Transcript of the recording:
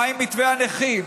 מה עם מתווה הנכים?